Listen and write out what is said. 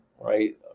right